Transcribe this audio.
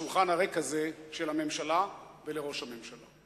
לשולחן הריק הזה של הממשלה ולראש הממשלה.